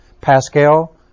Pascal